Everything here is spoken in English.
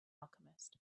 alchemist